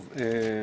טוב,